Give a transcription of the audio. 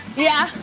yeah.